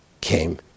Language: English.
came